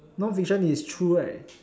non fiction is true right